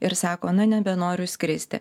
ir sako na nebenoriu skristi